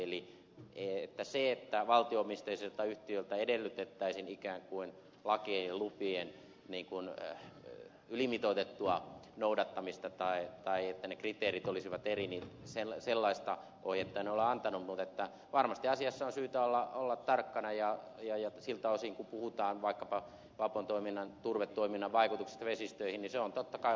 eli sellaista ohjetta että valtio omisteiselta yhtiöltä edellytettäisiin ikään kuin lakien ja lupien ylimitoitettua noudattamista tai että ne kriteerit olisivat eri en ole antanut mutta varmasti asiassa on syytä olla tarkkana ja siltä osin kun puhutaan vaikkapa vapon toiminnan turvetoiminnan vaikutuksista vesistöihin se on totta kai